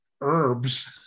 herbs